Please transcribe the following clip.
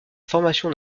formation